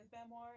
memoir